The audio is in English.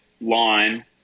line